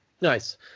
Nice